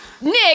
Nick